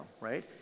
right